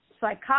psych